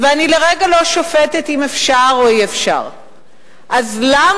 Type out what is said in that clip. ואני לרגע לא שופטת אם אפשר או אי-אפשר,